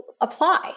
apply